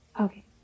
Okay